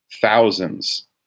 thousands